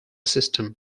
system